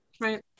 Right